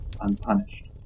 unpunished